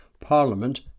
Parliament